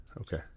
Okay